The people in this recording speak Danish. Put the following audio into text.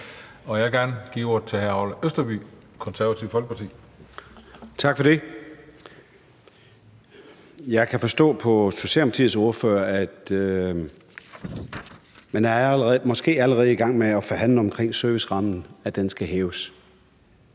Og jeg vil gerne give ordet til hr. Orla Østerby, Det Konservative Folkeparti. Kl. 18:07 Orla Østerby (KF): Tak for det. Jeg kan forstå på Socialdemokratiets ordfører, at man måske allerede er i gang med at forhandle om, om servicerammen skal hæves.